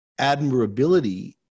admirability